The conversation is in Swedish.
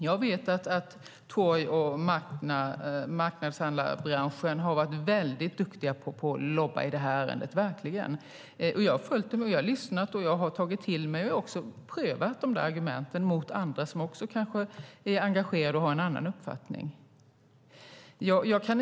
Jag vet att torg och marknadshandlarbranschen verkligen har varit väldigt duktig på att lobba i detta ärende. Jag har följt dem, lyssnat, tagit till mig och prövat deras argument mot andra som är engagerade och kanske har en annan uppfattning.